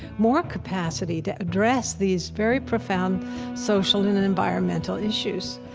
more capacity to address these very profound social and environmental issues.